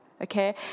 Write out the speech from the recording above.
okay